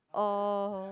oh